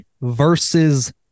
versus